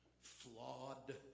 flawed